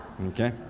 Okay